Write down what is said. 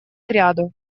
кряду